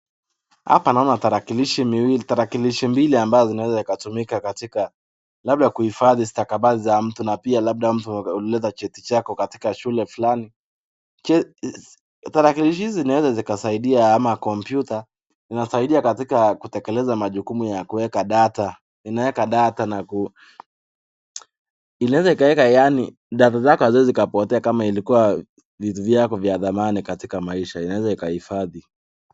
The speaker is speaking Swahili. Hapa naona tarakilishi mbili ambazo zinaweza zikatumika katika labda kuhifadhi stakabadhi za mtu na pia labda mtu ulileta cheti chako katika shule fulani. Tarakilishi hizi zinaweza zikasaidia ama kompyuta, inasaidia katika kutekeleza majukumu ya kuweka data. Unaweka data na ku inaweza ikaweka ndani, data zako haziwezi zikapotea kama ilikuwa vitu vyako vya dhamani katika maisha, inaweza ikahifadhi.